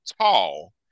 tall